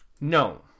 No